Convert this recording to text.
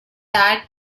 dark